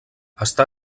està